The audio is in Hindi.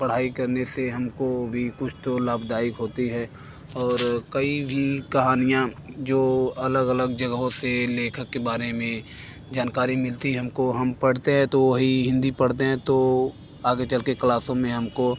पढ़ाई करने से हम को भी कुछ तो लाभदायक होती है और कई भी कहानियाँ जो अलग अलग जगहों से लेखक के बारे में जानकारी मिलती हम को हम पढ़ते हैं तो वही हिन्दी पढ़ते हैं तो आगे चल के क्लासों में हम को